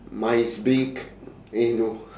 mine is big eh no